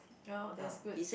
oh that's good